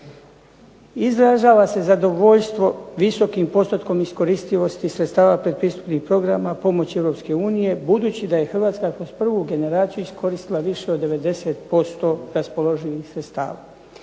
izražava se zadovoljstvo visokim postotkom iskoristivosti sredstava predpristupnih programa pomoći Europske unije, budući da je Hrvatska kroz prvu generaciju iskoristila više od 90% raspoloživih sredstava.